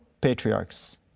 patriarchs